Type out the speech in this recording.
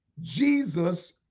jesus